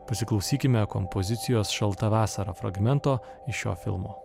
pasiklausykime kompozicijos šalta vasara fragmento iš šio filmo